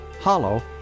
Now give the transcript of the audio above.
Hollow